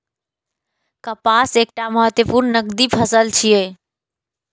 कपास एकटा महत्वपूर्ण नकदी फसल छियै